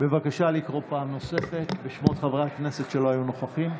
בבקשה לקרוא פעם נוספת בשמות חברי הכנסת שלא היו נוכחים.